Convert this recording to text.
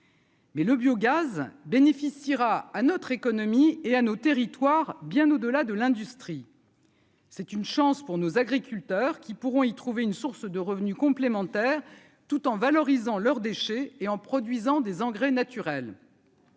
Mais le biogaz bénéficiera à notre économie et à nos territoires bien au-delà de l'industrie. C'est une chance pour nos agriculteurs qui pourront y trouver une source de revenus complémentaires tout en valorisant leurs déchets et en produisant des engrais naturel